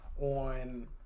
on